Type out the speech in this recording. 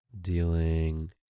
Dealing